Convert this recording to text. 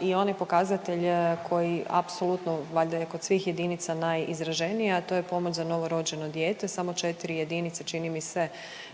i onaj pokazatelj koji apsolutno valjda je kod svih jedinica najizraženiji, a to je pomoć za novorođeno dijete, samo 4 jedinice čini mi se